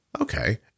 Okay